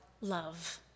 love